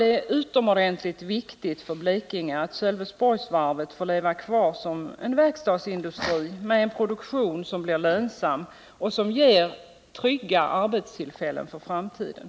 Det är utomordentligt viktigt för Blekinge att Sölvesborgs varvet får leva kvar som en verkstadsindustri med en produktion som blir lönsam och som ger trygga arbetstillfällen för framtiden.